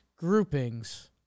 groupings